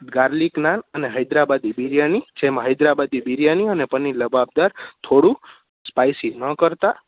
garlic naan અને હૈદરાબાદી બિરિયાની જેમાં હૈદરાબાદી બિરિયાની અને પનીર લબાબદર થોડુંક સ્પાઈસી ન કરતાં